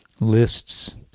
lists